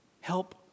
help